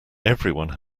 everyone